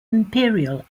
imperial